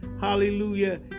hallelujah